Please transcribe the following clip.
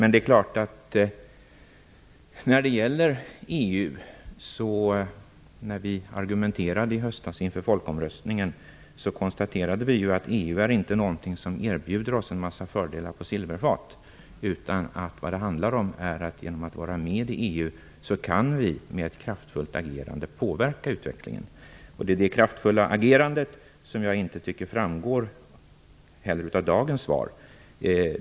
I höstas, när vi argumenterade inför folkomröstningen, konstaterade vi att EU inte erbjuder oss en massa fördelar på silverfat. Vad det handlar om är i stället att vi, genom att vara med i EU, med ett kraftfullt agerande kan påverka utvecklingen. Det är detta kraftfulla agerande som jag inte tycker framgår av dagens svar.